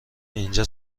اینجا